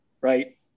right